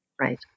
Right